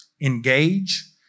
Engage